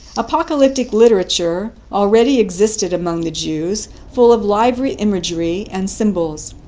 apocalyptic literature already existed among the jews, full of lively imagery and symbols.